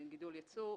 הגידול לייצוא,